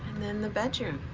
then the bedroom